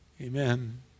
amen